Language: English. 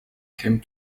came